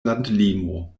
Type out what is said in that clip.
landlimo